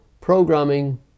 programming